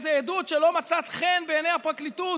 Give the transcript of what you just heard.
איזו עדות שלא מצאה חן בעיני הפרקליטות,